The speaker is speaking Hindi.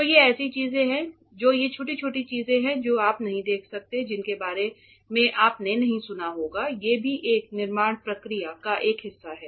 तो ये ऐसी चीजें हैं जो ये छोटी छोटी चीजें हैं जो आप नहीं देख सकते हैं जिनके बारे में आपने नहीं सुना होगा ये भी एक निर्माण प्रक्रिया का एक हिस्सा हैं